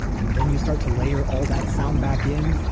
and then, you start to layer all that sound back in.